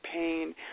pain